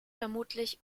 vermutlich